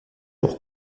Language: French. pour